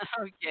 Okay